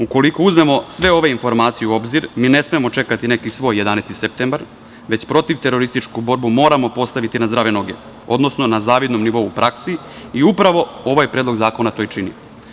Ukoliko uzmemo sve ove informacije u obzir, mi ne smemo čekati neki svoj 11. septembar, već protiv terorističku borbu moramo postaviti na zdrave noge, odnosno na zavidnom nivou u praksi i upravo ovaj predlog zakona to i čini.